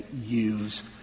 use